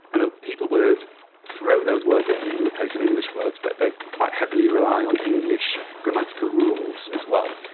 and ah people would throw those words in in place of english words, but they'd quite heavily rely on english grammatical rules as well.